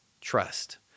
trust